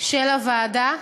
של הוועדה,